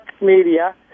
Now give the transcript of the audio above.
Media